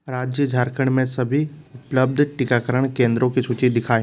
राज्य झारखंड में सभी उपलब्ध टीकाकरण केंद्रों की सूची दिखाएँ